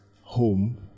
home